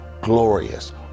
glorious